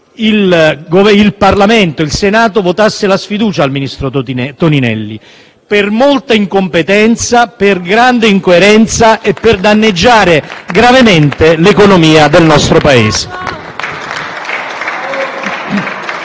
giusto che il Senato votasse la sfiducia al ministro Toninelli per molta incompetenza, per grande incoerenza e per il fatto di danneggiare gravemente l'economia del nostro Paese.